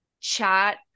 chat